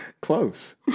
Close